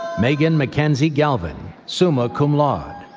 megan mckenzie galvin, summa cum laude.